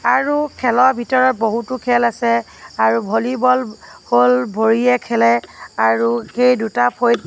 আৰু খেলৰ ভিতৰত বহুতো খেল আছে আৰু ভলীবল হ'ল ভৰিৰে খেলে আৰু সেই দুটা ফৈদ